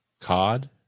Cod